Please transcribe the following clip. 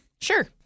sure